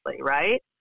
right